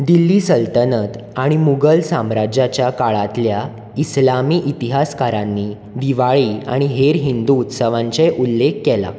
दिल्ली सल्तनत आनी मुगल साम्राज्याच्या काळांतल्या इस्लामी इतिहासकारांनी दिवाळी आनी हेर हिंदू उत्सवांचेय उल्लेख केला